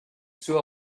sew